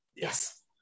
Yes